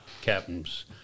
captain's